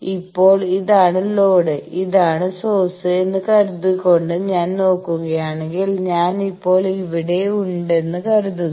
ഇപ്പോൾ ഇതാണ് ലോഡ് ഇതാണ് സോഴ്സ് എന്ന് കരുതികൊണ്ട് ഞാൻ നോക്കുകയാണെങ്കിൽ ഞാൻ ഇപ്പോൾ ഇവിടെ ഉണ്ടെന്ന് കരുതുക